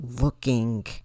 looking